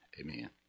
Amen